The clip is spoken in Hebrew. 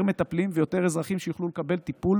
מטפלים ויותר אזרחים שיוכלו לקבל טיפול